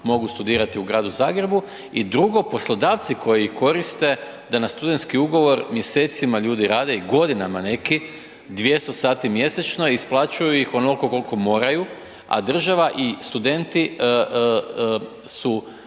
mogu studirati u gradu Zagrebu. I drugo, poslodavci koji koriste da na studentski ugovor mjesecima ljudi rade i godinama neki 200 sati mjesečno isplaćuju ih onoliko koliko moraju, a država i studenti su